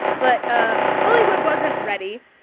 but ah hollywood wasn't ready.